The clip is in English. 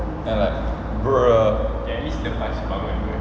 then like bruh